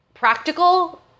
practical